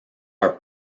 are